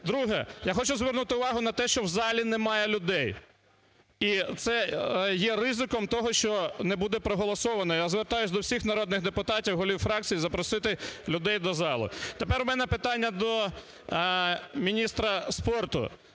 Друге. Я хочу звернути увагу на те, що в залі немає людей. І це є ризиком того, що не буде проголосоване. Я звертаюсь до всіх народних депутатів, голів фракцій запросити людей до зали. Тепер в мене питання до міністра спорту.